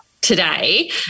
today